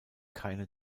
keine